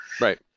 right